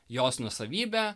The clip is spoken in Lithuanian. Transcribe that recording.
jos nuosavybė